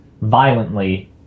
violently